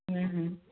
হুম হুম